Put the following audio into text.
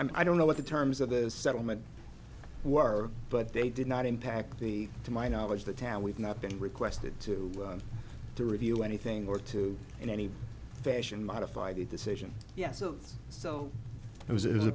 thius i don't know what the terms of the settlement were but they did not impact the to my knowledge the town we've not been requested to to review anything or to in any fashion modify the decision yes of so it was it was a